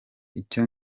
icyo